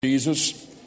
Jesus